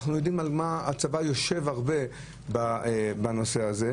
אנחנו יודעים על מה הצבא יושב הרבה בנושא הזה.